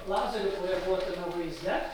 lazeriu koreguotame vaizde